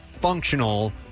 functional